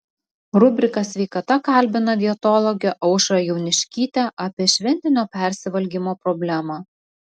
rubrika sveikata kalbina dietologę aušrą jauniškytę apie šventinio persivalgymo problemą